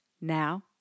Now